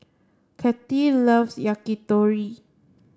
Cathy loves Yakitori